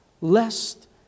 lest